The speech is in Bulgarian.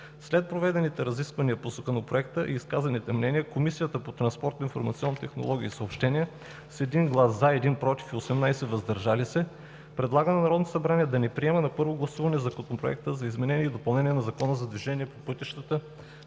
След проведените разисквания по Законопроекта и изказаните мнения, Комисията по транспорт, информационни технологии и съобщения с 1 глас „за”, 1 глас „против“ и 18 гласа „въздържали се“ предлага на Народното събрание да не приема на първо гласуване Законопроект за изменение и допълнение на Закона за движението по пътищата,